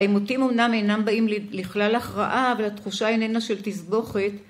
‫אימותים אמנם אינם באים לכלל הכרעה, ‫אבל התחושה איננה של תסבוכת.